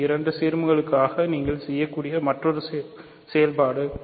இது இரண்டு சீர்மங்களுக்காக நீங்கள் செய்யக்கூடிய மற்றொரு செயல்பாடு